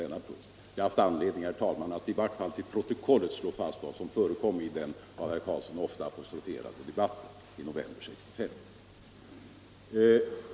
Jag har haft anledning, herr talman, att i varje fall till protokollet slå fast vad som förekom i den av herr Carlsson ofta apostroferade debatten i november 1965.